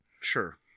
Sure